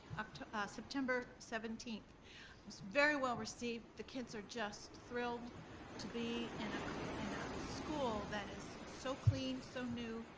ah september seventeenth. it was very well received, the kids are just thrilled to be in a and ah um school that is so clean, so new,